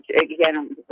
again